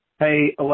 Hey